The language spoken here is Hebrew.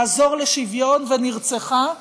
לעזור לשוויון, ונרצחה.